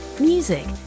Music